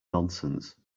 nonsense